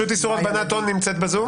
נציגת הרשות לאיסור הלבנת הון נמצאת בזום.